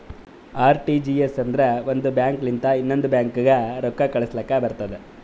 RTGS ಅಂದುರ್ ಒಂದ್ bank ಲಿಂತ ಇನ್ನೊಂದ್ ಬ್ಯಾಂಕ್ಗ ರೊಕ್ಕಾ ಕಳುಸ್ಲಾಕ್ ಬರ್ತುದ್